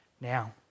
Now